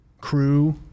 crew